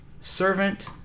servant